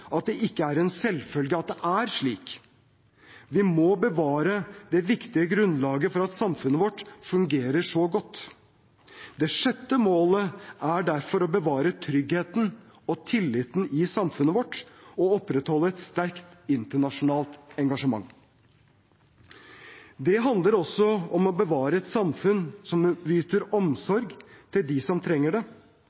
at det ikke er en selvfølge at det er slik. Vi må bevare det viktige grunnlaget for at samfunnet vårt fungerer så godt. Det sjette målet er derfor å bevare tryggheten og tilliten i samfunnet vårt og å opprettholde et sterkt internasjonalt engasjement. Det handler også om å bevare et samfunn som yter